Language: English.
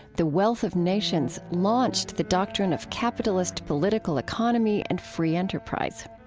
the wealth of nations, launched the doctrine of capitalist political economy and free enterprise.